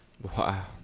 wow